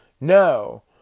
No